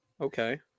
Okay